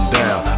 down